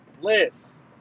bliss